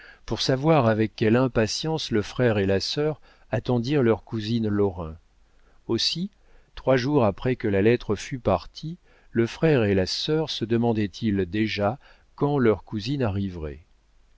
pour savoir avec quelle impatience le frère et la sœur attendirent leur cousine lorrain aussi trois jours après que la lettre fut partie le frère et la sœur se demandaient ils déjà quand leur cousine arriverait